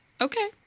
Okay